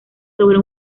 sobre